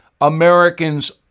Americans